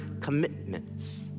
commitments